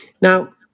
Now